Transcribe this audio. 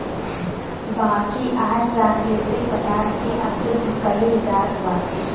बाकी आज प्राकृतिक पदार्थ के अशुद्ध कइल जात बाटे